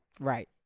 Right